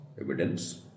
evidence